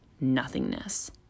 nothingness